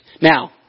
Now